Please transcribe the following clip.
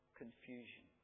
confusion